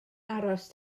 aros